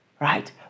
right